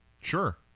Sure